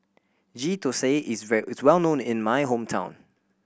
Ghee Thosai is were is well known in my hometown